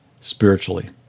spiritually